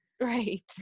Right